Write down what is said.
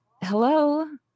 hello